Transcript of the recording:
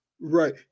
Right